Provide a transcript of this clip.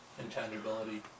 Intangibility